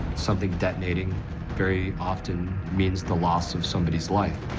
something detonating very often means the loss of somebody's life.